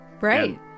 Right